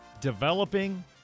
developing